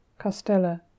Castella